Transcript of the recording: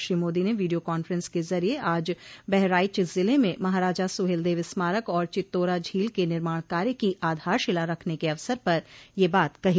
श्री मोदी ने video conference के जरिए आज बहराइच जिले में महाराजा सुहेलदेव स्मारक और चितोरा झील के निर्माण कार्य की आधारशिला रखने के अवसर पर यह बात कही